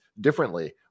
differently